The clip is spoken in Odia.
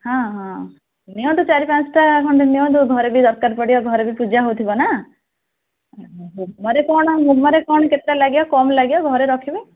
ହଁ ହଁ ନିଅନ୍ତୁ ଚାରି ପାଞ୍ଚଟା ଖଣ୍ଡେ ନିଅନ୍ତୁ ଘରେ ବି ଦରକାର ପଡ଼ିବ ଘରେ ବି ପୂଜା ବି ହେଉଥିବ ନା ଘରେ କ'ଣ ହୋମରେ କ'ଣ କେତେ ଲାଗିବ କମ୍ ଲାଗିବ ଘରେ ରଖିବେ